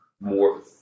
more